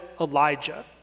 Elijah